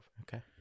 Okay